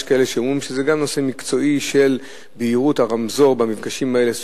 כאלה שאומרים שגם זה נושא מקצועי של בהירות הרמזור במפגשים האלה,